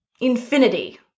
infinity